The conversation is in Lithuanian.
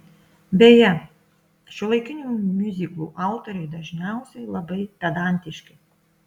beje šiuolaikinių miuziklų autoriai dažniausiai labai pedantiški